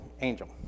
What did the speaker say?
angel